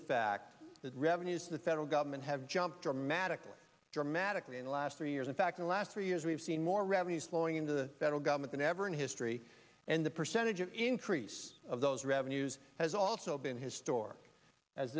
a fact that revenues the federal government have jumped dramatically dramatically in the last three years in fact in the last three years we've seen more revenues flowing into the federal government than ever in history and the percentage of increase of those revenues has also been his store as